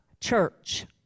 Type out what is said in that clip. church